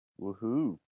Woohoo